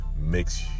Makes